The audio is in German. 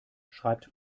schreibt